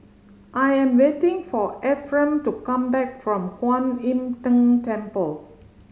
I am waiting for Efrem to come back from Kuan Im Tng Temple